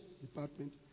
department